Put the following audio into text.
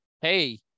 Hey